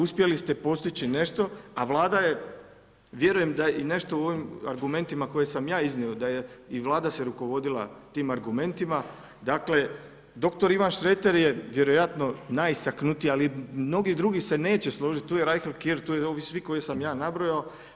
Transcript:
Uspjeli ste postići nešto, a Vlada je, vjerujem i nešto u ovim argumentima koje sam i ja iznio da je i Vlada se rukovodila tim argumentima, dakle dr. Ivan Šreter je vjerojatno najistaknutiji, ali mnogi drugi se neće složit, tu je Rajhl Kier, tu je ovi svi koje sam ja nabrojao.